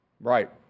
Right